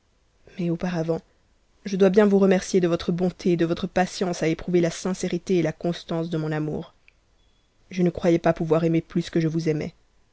mais auparavant je dois bien vous remercier de votre honte et de votre patience à éprouver la sincérité et la constance tfe mon amour je ne croyais pas pouvoir aimer plus que je vous aimais